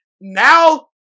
Now